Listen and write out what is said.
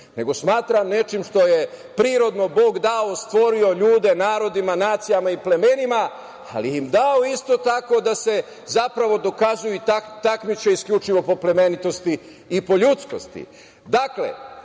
nego smatram nečim što je prirodno Bog dao, stvorio ljude narodima, nacijama i plemenima, ali im dao isto tako da se zapravo dokazuju i takmiče isključivo po plemenitosti i po ljudskosti. Dakle,